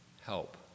help